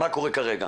מה קורה כרגע